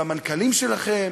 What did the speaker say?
והמנכ"לים שלכם,